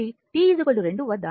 కాబట్టి t 2